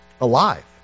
Alive